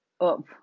up